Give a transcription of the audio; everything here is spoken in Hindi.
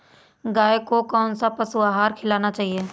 गाय को कौन सा पशु आहार खिलाना चाहिए?